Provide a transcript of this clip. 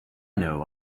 know